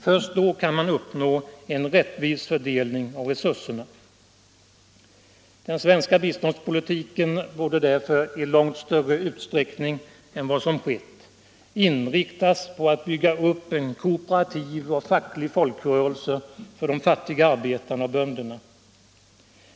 Först då kan man uppnå en rättvis fördelning av resurserna. Den svenska biståndspolitiken borde därför i långt större utsträckning än vad som skett inriktas på att bygga upp en kooperativ och facklig folkrörelse för de fattiga arbetarna och bönderna.